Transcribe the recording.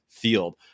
Field